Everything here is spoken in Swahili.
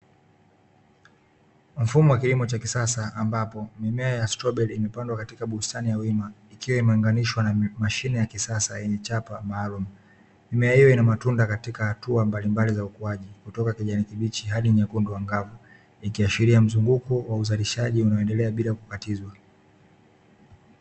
Mfumo wa kilimo cha kisasa ambapo mimea ya stroberi imepandwa katika bustani ya wima ikiwa imeunganishwa na mashine ya kisasa yenye chapa maalumu, mimea hiyo ina matunda katika hatua mbalimbali za ukuaji kutoka kijani kibichi ha nyekundu angavu ikiashiria mzunguko wa uzalishaji unaoendelea bila kukatizwa.